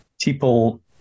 people